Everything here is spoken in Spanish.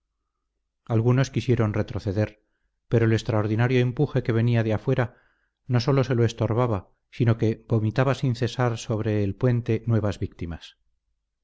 algunos quisieron retroceder pero el extraordinario empuje que venía de afuera no sólo se lo estorbaba sino que vomitaba sin cesar sobre el puente nuevas víctimas